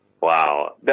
Wow